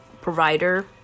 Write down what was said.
provider